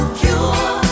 cure